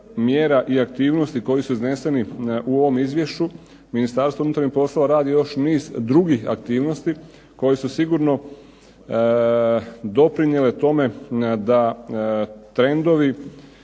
i aktivnosti koji su izneseni u ovom izvješću, Ministarstvo unutarnjih poslova radi još niz drugih aktivnosti koji su sigurno doprinijele tome da trendovi